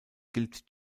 gilt